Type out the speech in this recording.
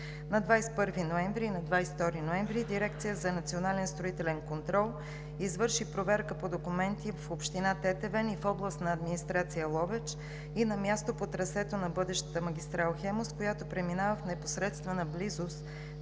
На 21 и 22 ноември Дирекцията за национален строителен контрол извърши проверка по документи в община Тетевен и в Областна администрация – Ловеч, и на място по трасето на бъдещата магистрала „Хемус“, която преминава в непосредствена близост